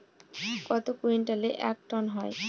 কত কুইন্টালে এক টন হয়?